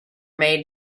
made